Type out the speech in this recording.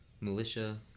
militia